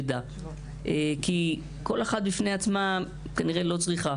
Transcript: מאוד, כי כל אחת בפני עצמה כנראה לא צריכה